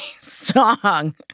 song